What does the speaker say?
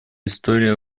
история